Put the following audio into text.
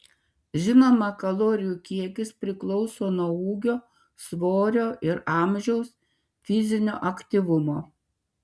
žinoma kalorijų kiekis priklauso nuo ūgio svorio ir amžiaus fizinio aktyvumo